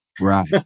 Right